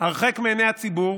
הרחק מעיני הציבור,